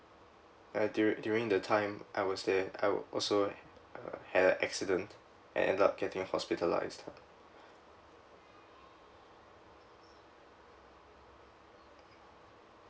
uh du~ during the time I was there I was also uh had a accident and end up getting hospitalised lah